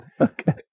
Okay